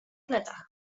plecach